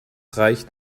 reicht